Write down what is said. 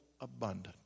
abundant